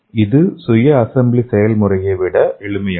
இது சுய அசெம்பிளி செயல்முறையை விட எளிமையானது